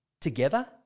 together